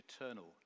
eternal